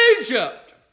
Egypt